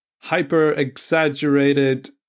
hyper-exaggerated